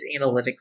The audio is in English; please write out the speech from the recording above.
analytics